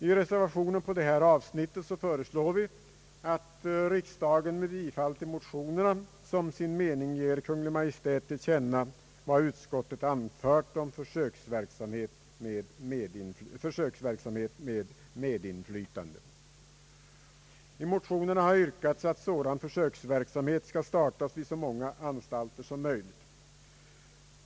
I reservationen till detta avsnitt föreslår vi att riksdagen med bifall till motionerna som sin mening ger Kungl. Maj:t till känna vad utskottet anfört om försöksverksamheten med medinflytande. I motionerna har yrkats att sådan försöksverksamhet skall startas vid så många anstalter som möjligt.